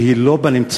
והיא לא בנמצא,